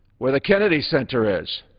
where the kennedy center is.